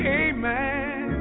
amen